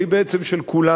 אבל בעצם היא של כולנו,